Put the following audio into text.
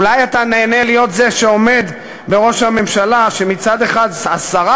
אולי אתה נהנה להיות זה שעומד בראש הממשלה כשמצד אחד השרה